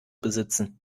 besitzen